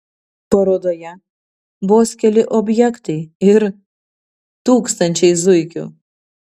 parodoje vos keli objektai ir tūkstančiai zuikių